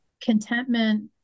contentment